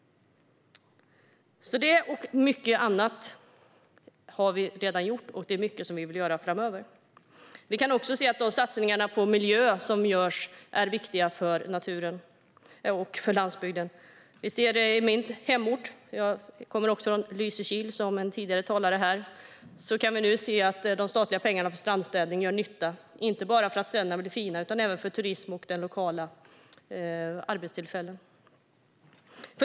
Detta och mycket annat har vi redan gjort, och det är mycket som vi vill göra framöver. Vi kan också se att de satsningar på miljö som görs är viktiga för naturen och för landsbygden. I min hemort - jag kommer från Lysekil som också en tidigare talare här gör - gör de statliga pengarna för strandstädning nytta, inte bara för att stränderna blir fina utan även för turism och lokala arbetstillfällen.